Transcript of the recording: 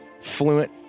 Fluent